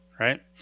Right